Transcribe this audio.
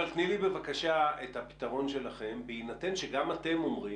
אבל תני לי בבקשה את הפתרון שלכם בהינתן שגם אתם אומרים,